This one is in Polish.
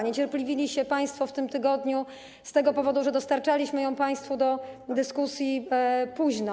Niecierpliwią się państwo w tym tygodniu z tego powodu, że dostarczaliśmy ją państwu do dyskusji późno.